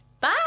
Bye